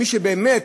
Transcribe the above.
מי שבאמת,